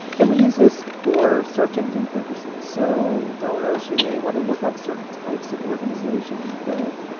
and we use this for search engine purposes. so donors who may want to look up certain types of organizations but